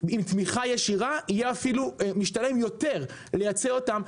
עם תמיכה ישירה יהיה אפילו משתלם יותר לייצא אותם,